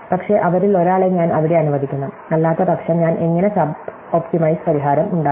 പക്ഷേ അവരിൽ ഒരാളെ ഞാൻ അവിടെ അനുവദിക്കണം അല്ലാത്തപക്ഷം ഞാൻ എങ്ങനെ സബ് ഒപ്റ്റിമൈസ് പരിഹാരം ഉണ്ടാക്കി